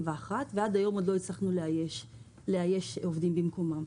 ועד היום עוד לא הצלחנו לאייש עובדים במקומן.